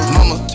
Mama